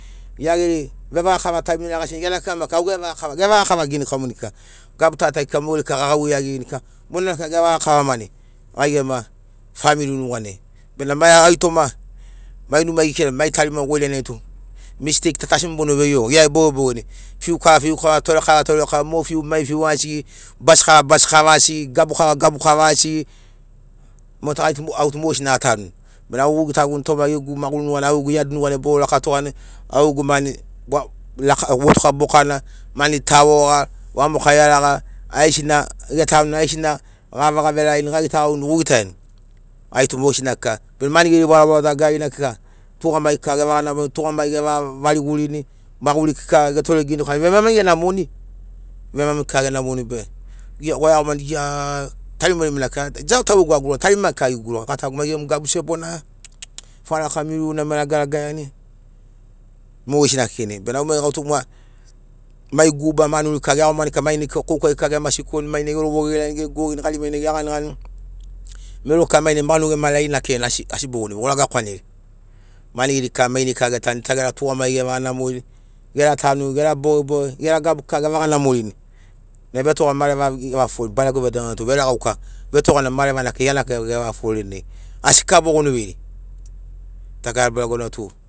Be gia geri vevagakava taimiri geragasini gia na maki gevagakave gevagakava ginikaumanikika gabu ta tai kika mogeri kika gagauvei iagirini kika monana kika gevaga kavamani gai gema famili nuganai bena mai toma mai numai gekirani mai tarima goiranai tu misteik ta asi mogo bono vei gia ebogebogeni fiukava fiukava torekava torekava mo fiu mai fiu asigi, basikava basikava asigi, gabukava gabukava asigi motu gai tu au tu mogesina atanuni. Bena au gogitaguni toma gegu maguri nuganai au gegu iad nuganai bogo rakatogani au gegu mani votuka bokana mani tavoga vamoka iaraga aigesina getanuni aigesina gavaga verarini gagita gaurini gogitaiani. Gai tu mogesina kika bena mani geri varovaro dagararina kika tugamagi kika gevaga namorini tugamagi gevaga varigurini maguri kika getore ginikaurini. vemami genamoni be gia goiagomani nai tarimarima kika dia au taugegu agurrgani tarimarima kika gegurugani gatagu mai gemu gabu sebona faraka miruruna mo eraga ragaiani mogesina kekei nai benamo au tu mo mai guba manuri kika geiagomani kika mainai kika koukai kika gema sikoni mainai gelovo gegelagini gegogini gari mainai geganiganini. Mero kika manu gema laini akirarini asi asi bogono veiri goraga kwaneri mani geri kika mai nai kika getanuni gita gera tugamagi gevega namorini gera tanu gera bogeboge gera gabu kika gevaga namorini nai vetoga mareva gevaga foforini barego vedaureana tu veregauka vetogana marevana kekei gia na kekei gevaga foforini asi kika bogono veiri dagara baregona tu